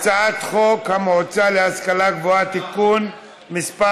הצעת חוק המועצה להשכלה גבוהה (תיקון מס'